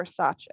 Versace